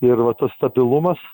ir va tas stabilumas